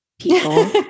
people